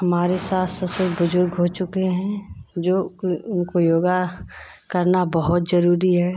हमारे सास ससुर बुजुर्ग हो चुके हैं जो कि योग करना बहुत ज़रूरी है